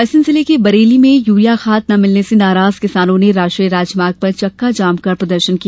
रायसेन जिले के बरेली में यूरिया खाद न मिलने से नाराज किसानों ने राष्ट्रीय राजमार्ग पर चक्काजाम कर प्रदर्शन किया